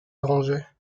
arrangeait